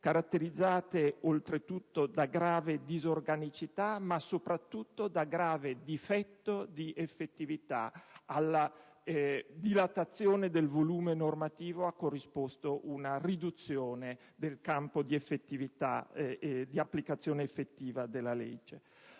caratterizzate oltretutto da grave disorganicità, ma, soprattutto, da un grave difetto di effettività: alla dilatazione del volume normativo ha corrisposto una riduzione del campo di applicazione effettiva della legge.